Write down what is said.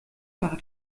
par